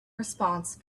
response